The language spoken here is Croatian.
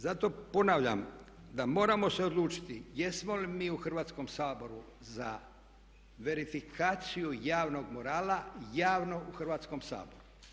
Zato ponavljam da moramo se odlučiti jesmo li mi u Hrvatskom saboru za verifikaciju javnog morala, javno u Hrvatskom saboru.